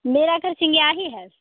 मेरा घर सिंघिया ही है